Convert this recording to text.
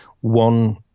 one